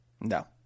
no